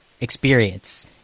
experience